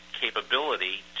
capability